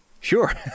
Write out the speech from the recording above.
Sure